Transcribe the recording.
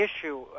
issue